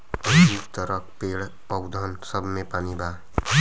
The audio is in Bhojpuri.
यहि तरह पेड़, पउधन सब मे पानी बा